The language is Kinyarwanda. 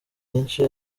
byinshi